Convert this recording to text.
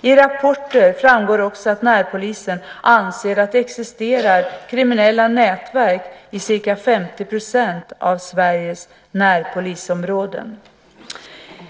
I rapporter framgår också att närpolisen anser att det existerar kriminella nätverk i ca 50 % av Sveriges närpolisområden.